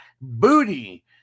booty